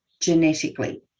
genetically